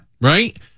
Right